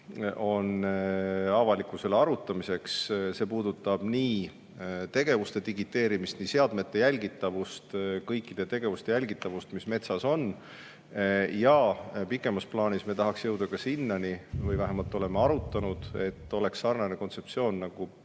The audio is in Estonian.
on avalikkusele arutamiseks. See puudutab tegevuste digiteerimist, seadmete jälgitavust ning kõikide tegevuste jälgitavust, mis metsas on. Pikemas plaanis me tahaks jõuda sinnani või vähemalt oleme arutanud [seda], et oleks sarnane kontseptsioon nagu